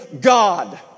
God